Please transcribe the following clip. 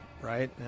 right